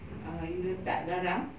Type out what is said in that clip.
err you letak garam